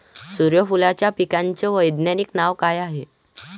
सुर्यफूलाच्या पिकाचं वैज्ञानिक नाव काय हाये?